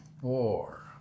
four